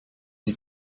die